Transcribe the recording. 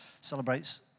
Celebrates